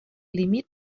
límit